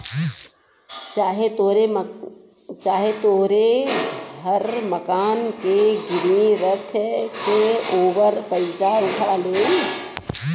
चाहे तोहरे घर मकान के गिरवी रख के ओपर पइसा उठा लेई